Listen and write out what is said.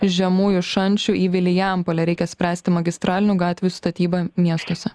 žemųjų šančių į vilijampolę reikia spręsti magistralinių gatvių statybą miestuose